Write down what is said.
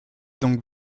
donc